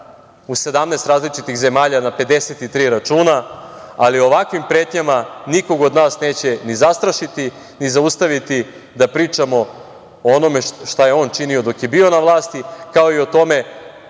u 17 različitih zemalja na 53 računa, ali ovakvim pretnjama nikog od neće ni zastrašiti, ni zaustaviti da pričamo o onome šta je on činio dok je bio na vlasti, kao i o tome